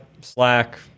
Slack